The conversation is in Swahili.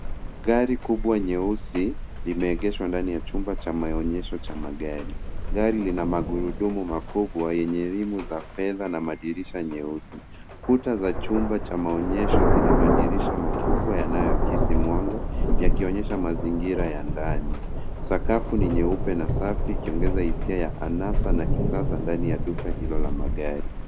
Gari kubwa nyeusi limeegeshwa ndani ya chumba cha maonyesho cha magari. Gari lina magurudumu makubwa yenye rimu za fedha na madirisha nyeusi. Kuta za chumba cha maonyesho zina madirisha makubwa yanayoakisi mwanga, yakionyesha mazingira ya ndani. Sakafu ni nyeupe na safi, ikiongeza hisia ya anasa na kisasa ndani ya duka hilo la magari.